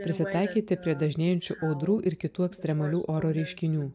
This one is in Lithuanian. prisitaikyti prie dažnėjančių audrų ir kitų ekstremalių oro reiškinių